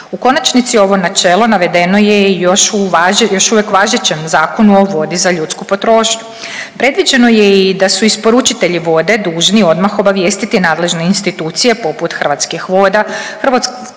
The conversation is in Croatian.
U konačnici ovo načelo navedeno je i još uvijek važećem Zakonu o vodi za ljudsku potrošnju. Predviđeno je i da su isporučitelji vode dužni odmah obavijestiti nadležne institucije poput Hrvatskih voda,